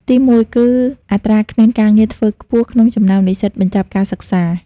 ទីមួយគឺ អត្រាគ្មានការងារធ្វើខ្ពស់ក្នុងចំណោមនិស្សិតបញ្ចប់ការសិក្សា។